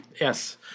Yes